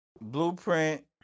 Blueprint